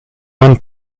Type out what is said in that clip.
one